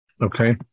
Okay